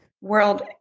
world